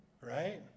right